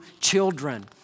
children